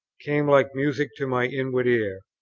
came like music to my inward ear,